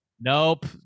nope